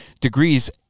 degrees